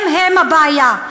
הם-הם הבעיה.